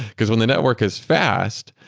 because when the network is fast,